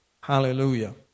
Hallelujah